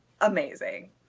amazing